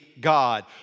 God